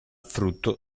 frutto